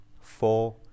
four